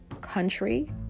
country